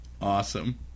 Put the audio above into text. Awesome